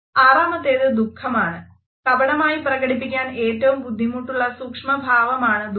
ആറാമത്തെത് ദുഖമാണ് കപടമായി പ്രകടിപ്പിക്കാൻ ഏറ്റവും ബുദ്ധിമുട്ടുള്ള സൂക്ഷ്മ ഭാവമാണ് ദുഃഖം